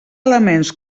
elements